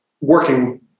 working